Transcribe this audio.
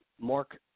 Mark